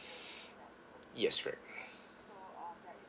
yes right